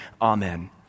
Amen